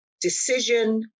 decision